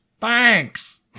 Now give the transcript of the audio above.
Thanks